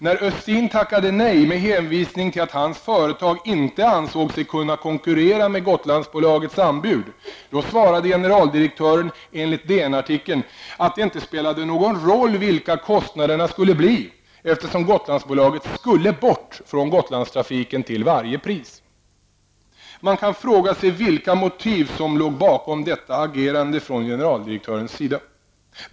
När Östin tackade nej med hänvisning till att hans företag inte ansåg sig kunna konkurrera med Gotlandsbolagets anbud svarade generaldirektören, enligt DN-artikeln, att det inte spelade någon roll vilka kostnaderna skulle bli, eftersom Gotlandsbolaget ''skulle bort'' från Man kan fråga sig vilka motiv som låg bakom detta agerande från generaldirektörens sida.